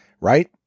right